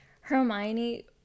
Hermione